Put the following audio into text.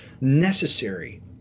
necessary